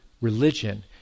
religion